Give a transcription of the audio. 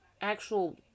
actual